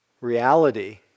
reality